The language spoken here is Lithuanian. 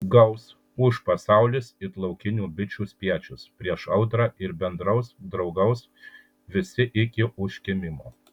gaus ūš pasaulis it laukinių bičių spiečius prieš audrą ir bendraus draugaus visi iki užkimimo